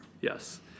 Yes